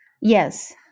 Yes